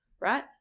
Right